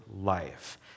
life